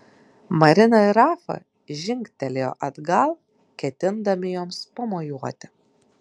marina ir rafa žingtelėjo atgal ketindami joms pamojuoti